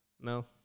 No